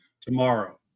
tomorrow